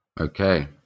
Okay